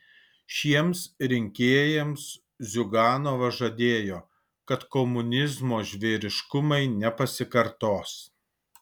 šiems rinkėjams ziuganovas žadėjo kad komunizmo žvėriškumai nepasikartos